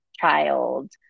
child